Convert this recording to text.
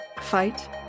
fight